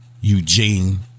Eugene